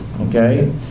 okay